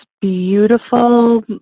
beautiful